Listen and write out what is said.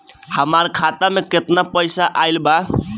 हमार खाता मे केतना पईसा आइल बा?